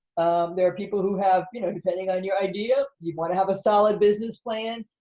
there are people who have, you know, depending on your idea, you wanna have a solid business plan,